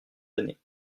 années